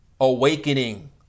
awakening